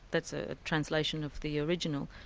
that's a translation of the original,